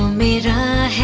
me and